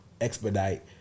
expedite